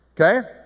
Okay